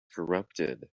corrupted